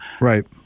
Right